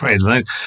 right